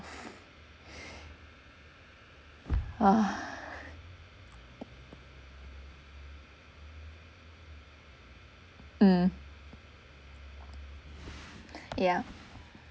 mm yeah